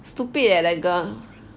stupid leh that girl